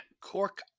cork